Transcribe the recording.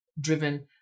driven